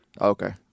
Okay